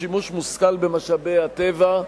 שימוש מושכל במשאבי הטבע),